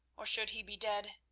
or should he be dead,